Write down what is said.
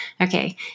Okay